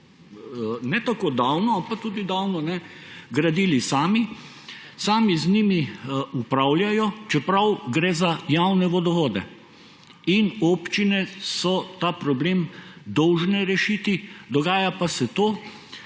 ne tako davno, ali pa tudi davno, gradili sami, sami z njimi upravljajo, čeprav gre za javne vodovode. In občine so ta problem dolžne rešiti. Dogaja pa se to,